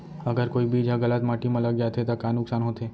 अगर कोई बीज ह गलत माटी म लग जाथे त का नुकसान होथे?